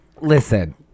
listen